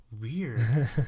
weird